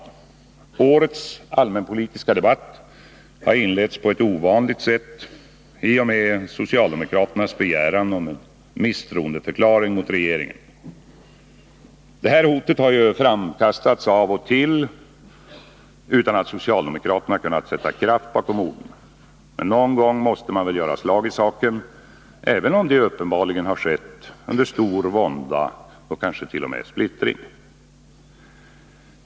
Årets allmänpolitiska debatt har inletts på ett ovanligt sätt i och med socialdemokraternas begäran om misstroendeförklaring mot regeringen. Det här hotet har ju tidigare framkastats av och till utan att socialdemokraterna kunnat sätta kraft bakom orden, men någon gång måste man väl göra slag i saken, även om det uppenbarligen har skett under stor vånda och kanske t.o.m. splittring.